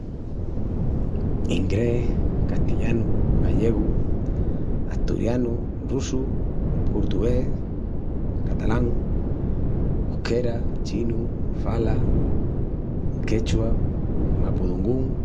Ingrés, castillanu, gallegu, asturianu, russu, portugués, catalán, usquera, chinu, fala, quechua, mapudungún.